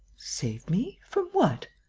save me? from what?